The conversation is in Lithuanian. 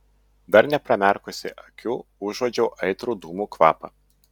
dar nepramerkusi akių užuodžiau aitrų dūmų kvapą